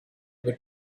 were